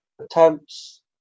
attempts